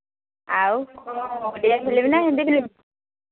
ଆଉ କ'ଣ ଓଡ଼ିଆ ଫିଲ୍ମି ନା ହିନ୍ଦୀ ଫିଲ୍ମି